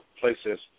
places